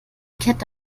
kette